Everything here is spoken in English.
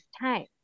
time